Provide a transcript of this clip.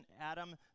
Adam